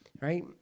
Right